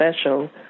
special